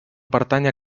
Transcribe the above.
pertànyer